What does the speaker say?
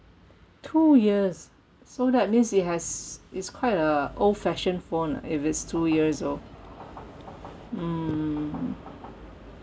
two years so that means it has it's quite a old fashion phone lah if it's two years old mm